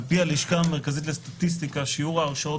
על פי הלשכה המרכזית לסטטיסטיקה שיעור ההרשעות